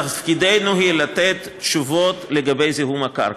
תפקידנו לתת תשובות לגבי זיהום הקרקע.